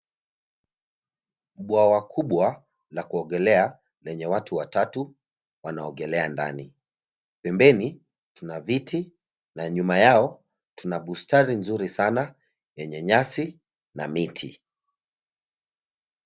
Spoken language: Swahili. Bwawa kubwa la kuogelea lenye watu watatu wanaogelea ndani, pembeni tuna viti na nyuma yao tuna bustani nzuri sana yenye nyasi na miti.